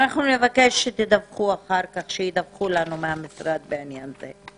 אנחנו נבקש שידווחו לנו מהמשרד בעניין זה.